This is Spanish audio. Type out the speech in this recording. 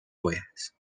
puedas